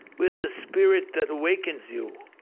where's the spirit that awakens you?